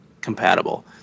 compatible